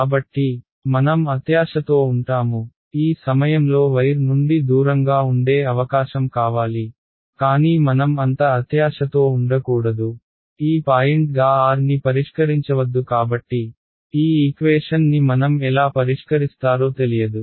కాబట్టి మనం అత్యాశతో ఉంటాము ఈ సమయంలో వైర్ నుండి దూరంగా ఉండే అవకాశం కావాలి కానీ మనం అంత అత్యాశతో ఉండకూడదు ఈ పాయింట్గా r ని పరిష్కరించవద్దు కాబట్టి ఈ ఈక్వేషన్ ని మనం ఎలా పరిష్కరిస్తారో తెలియదు